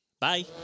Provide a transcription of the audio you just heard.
bye